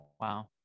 Wow